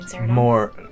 more